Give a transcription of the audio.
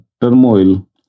turmoil